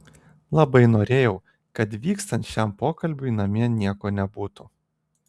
labai norėjau kad vykstant šiam pokalbiui namie nieko nebūtų